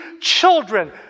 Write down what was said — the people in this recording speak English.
children